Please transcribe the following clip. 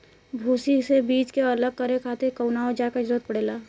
भूसी से बीज के अलग करे खातिर कउना औजार क जरूरत पड़ेला?